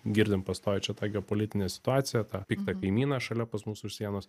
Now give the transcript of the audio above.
girdim pastoviai čia ta geopolitinė situacija tą piktą kaimyną šalia pas mus už sienos